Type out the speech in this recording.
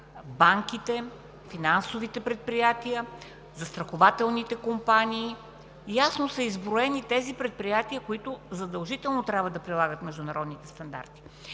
банките; финансовите предприятия; застрахователните компании. Ясно са изброени тези предприятия, които задължително трябва да прилагат международните стандарти.